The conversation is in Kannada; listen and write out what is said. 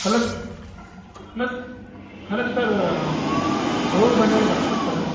ಹಲೋ ಸರ್ ಹಲೋ ಸ್ hello sir Guru Bhandari doctor ಸರ್ರ